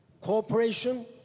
cooperation